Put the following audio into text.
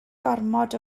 gormod